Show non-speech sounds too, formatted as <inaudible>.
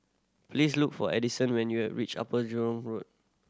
please look for Addisyn when you <hesitation> reach Upper Jurong Road